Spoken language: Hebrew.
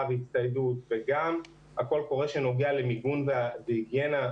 והצטיידות וגם קול קורא שנוגע למיגון והיגיינה.